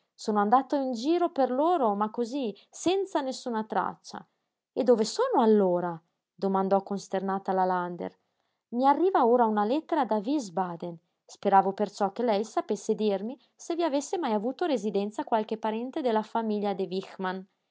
sono andato in giro per loro ma cosí senza nessuna traccia e dove sono allora domandò costernata la ander i arriva ora una lettera da wiesbaden speravo perciò che lei sapesse dirmi se vi avesse mai avuto residenza qualche parente della famiglia de